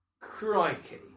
Crikey